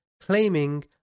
claiming